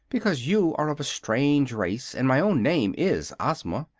because you are of a strange race and my own name is ozma.